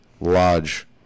lodge